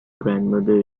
grandmother